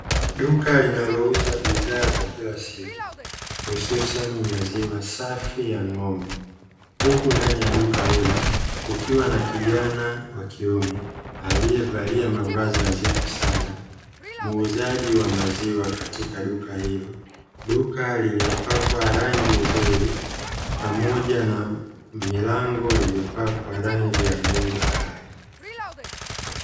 Duka linalouza bidhaa za kila siku, hususani maziwa safi ya ng’ombe, huku ndani ya duka hilo kukiwa na kijana wa kiume aliyevalia mavazi nadhifu sana, muuzaji wa maziwa katika duka hilo. Duka lililopakwa rangi nzuri, pamoja na milango iliyopakwa rangi ya bluu bahari.